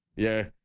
yeah,